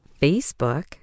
Facebook